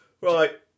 Right